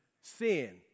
sin